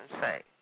say